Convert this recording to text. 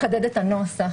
לחדד את הנוסח.